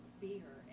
beer